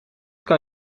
kan